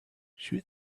shoot